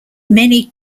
many